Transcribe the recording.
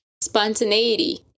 spontaneity